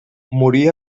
morí